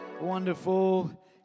Wonderful